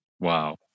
Wow